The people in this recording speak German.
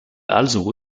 also